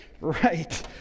Right